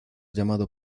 llamado